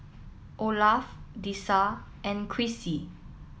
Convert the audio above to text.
Olaf Dessa and Crissy